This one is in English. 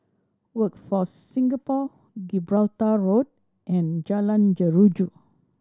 Workforce Singapore Gibraltar Road and Jalan Jeruju